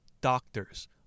doctors